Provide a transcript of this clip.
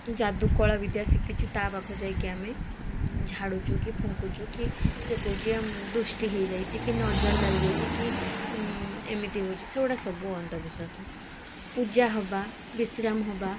ଯାଦୁ କଳା ବିଦ୍ୟା ଶିଖିଛି ତା ପାଖକୁ ଯାଇକି ଆମେ ଝାଡୁଛୁ କି ଫୁଙ୍କୁଛୁ କି ସେ କହୁଛି ଦୃଷ୍ଟି ହେଇଯାଇଛି କି ନଜର ଲାଗିଯାଇଛି କି ଏମିତି ହେଉଛି ସେଗୁଡ଼ା ସବୁ ଅନ୍ଧବିଶ୍ୱାସ ପୂଜା ହେବା ବିଶ୍ରାମ ହେବା